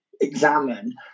examine